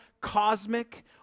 cosmic